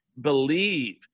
believe